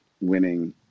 winning